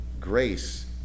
grace